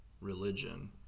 religion